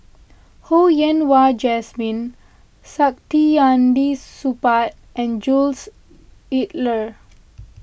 Ho Yen Wah Jesmine Saktiandi Supaat and Jules Itier